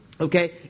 Okay